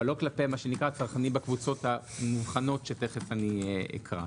אבל לא כלפי מה שנקרא "צרכנים בקבוצות המוכנות" שתכף אני אקרא.